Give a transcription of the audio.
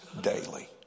daily